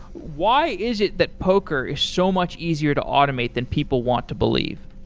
why is it that poker is so much easier to automate than people want to believe?